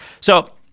So-